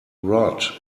rod